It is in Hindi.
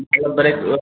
मतलब भरेक